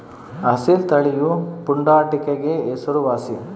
ಅಸೀಲ್ ತಳಿಯು ಪುಂಡಾಟಿಕೆಗೆ ಹೆಸರುವಾಸಿ